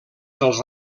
dels